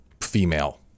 female